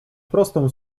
prostą